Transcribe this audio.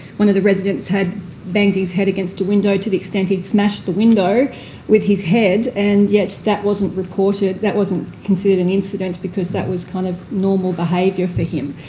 one of the residents had banged his head against a window to the extent he'd smashed the window with his head, and yet that wasn't reported that wasn't considered an incident because that was kind of normal behaviour for him.